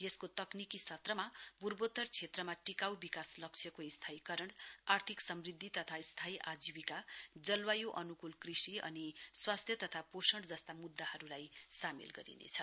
यसको तक्निकी सत्रमा पूर्वोत्तर क्षेत्रमा टिकाउ विकास लक्ष्यको स्थायीकरण आर्थिक समृद्धि तथा स्थायी आजीविका जलवाय् अनुकूल कृषि अनि स्वास्थ्य तथा पोषण जस्ता मुद्दाहरूलाई सामेल गरिनेछ